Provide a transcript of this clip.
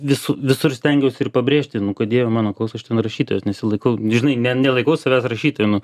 visu visur stengiausi ir pabrėžti kad dieve mano koks aš ten rašytojas nesilaikau žinai ne nelaikau savęs rašytoju nu